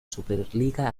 superliga